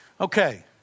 Okay